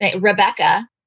Rebecca